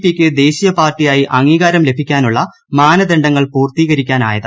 P യ്ക്ക് ദേശീയ പാർട്ടിയായി അംഗീകാരം ലഭിക്കാനുള്ള മാനദണ്ഡങ്ങൾ പൂർത്തീകരിക്കാനായത്